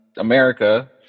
America